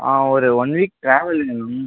ஒரு one week travel வேணும்